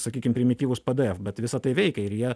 sakykim primityvūs pdf bet visa tai veikia ir jie